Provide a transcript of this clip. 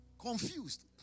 Confused